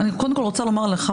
אני קודם כול רוצה לומר לך,